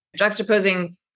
juxtaposing